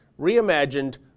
reimagined